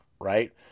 right